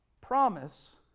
promise